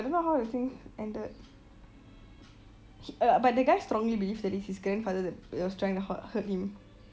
I don't know how the thing ended but the guy strongly believed that it is his grandfather that that was trying to hau~ hurt him